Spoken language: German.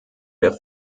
der